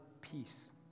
peace